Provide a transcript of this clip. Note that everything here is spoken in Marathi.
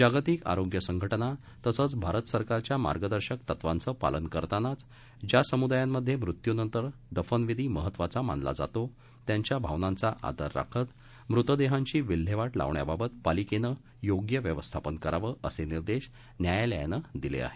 जागतिक आरोग्य संघटना तसंच भारत सरकारच्या मार्गदर्शक तत्वांचं पालन करतानाच ज्या समुदायांमध्ये मृत्यनंतर दफनविधी महत्वाचं मानला जातो त्यांच्या भावनांचा आदर राखत मृतदेहांची विल्हेवाट लावण्याबाबत पालिकेनं योग्य व्यवस्थापन करावं असे निर्देश न्यायालयानं दिले आहेत